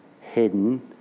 hidden